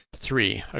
three.